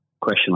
question